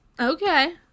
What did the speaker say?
Okay